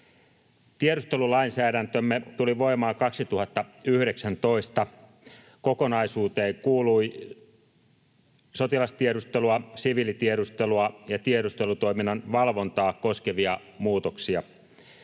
Tiedustelulainsäädäntömme tuli voimaan 2019. Kokonaisuuteen kuului sotilastiedustelua, siviilitiedustelua ja tiedustelutoiminnan valvontaa koskevia muutoksia.